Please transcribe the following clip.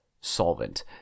solvent